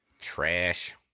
Trash